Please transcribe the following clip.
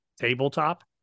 tabletop